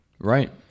Right